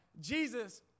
Jesus